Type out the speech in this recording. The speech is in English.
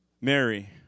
Mary